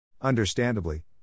Understandably